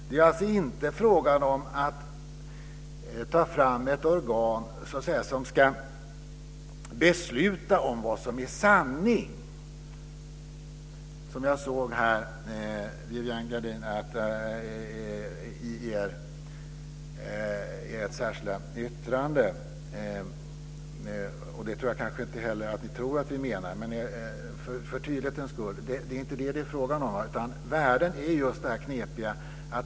Det är alltså inte fråga om att ta fram ett organ som ska besluta om vad som är sanning, Viviann Gerdin, som jag såg i ert särskilda yttrande. Jag tror kanske inte heller att ni tror att vi menar det. Men för tydlighetens skull så är det inte det som det är fråga om. Det är lite knepigt med värden.